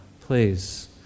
Please